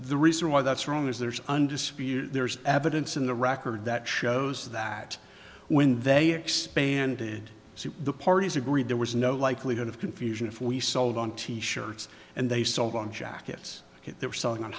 the reason why that's wrong is there's undisputed there's evidence in the record that shows that when they expanded the parties agreed there was no likelihood of confusion if we sold on t shirts and they sold on jackets that they were selling on